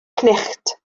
cnicht